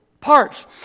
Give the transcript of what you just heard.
parts